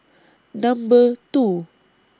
Number two